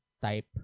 type